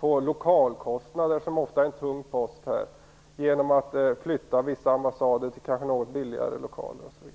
lokalkostnader, som ofta är en tung post, genom att flytta vissa ambassader till något billigare lokaler osv.